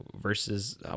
versus